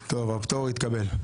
טוב, הפטור התקבל.